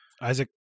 Isaac